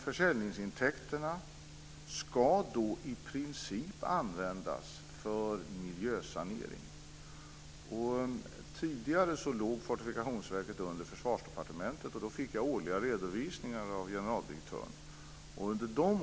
Försäljningsintäkterna ska i princip användas för miljösanering. Tidigare låg Fortifikationsverket under Försvarsdepartementet. Då fick jag årliga redovisningar av generaldirektören.